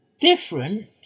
different